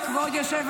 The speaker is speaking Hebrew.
שמנסים להסית ולהצית,